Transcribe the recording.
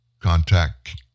contact